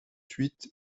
huit